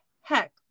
heck